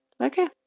Okay